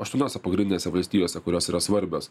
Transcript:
aštuoniose pagrindinėse valstijose kurios yra svarbios